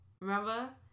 Remember